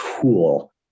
tool